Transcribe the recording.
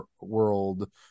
world